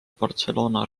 barcelona